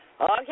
Okay